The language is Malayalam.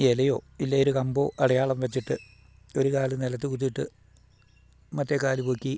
ഇലയോ ഇല്ലേ ഒര് കമ്പോ അടയാളം വെച്ചിട്ട് ഒരു കാല് നിലത്ത് കുത്തിയിട്ട് മറ്റേ കാല് പോക്കി